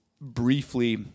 briefly